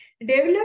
Develop